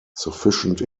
sufficient